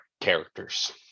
characters